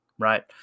Right